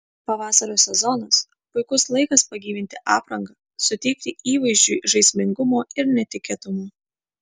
pavasario sezonas puikus laikas pagyvinti aprangą suteikti įvaizdžiui žaismingumo ir netikėtumo